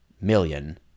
million